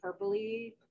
purpley